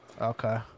Okay